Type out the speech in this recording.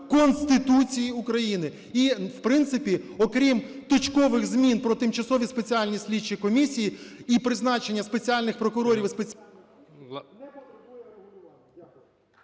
Конституції України і, в принципі, окрім точкових змін про тимчасові спеціальні слідчі комісії і призначення спеціальних прокурорів і спеціальних...